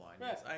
yes